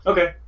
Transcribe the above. Okay